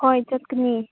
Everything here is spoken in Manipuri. ꯍꯣꯏ ꯆꯠꯀꯅꯤ